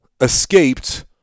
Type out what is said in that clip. escaped